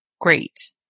great